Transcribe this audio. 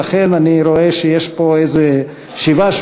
ולכן אני רואה שיש פה איזה שבעה-שמונה